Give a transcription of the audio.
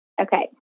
Okay